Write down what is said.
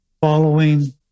following